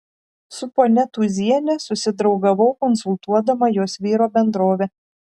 su ponia tūziene susidraugavau konsultuodama jos vyro bendrovę